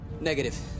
Negative